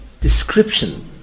description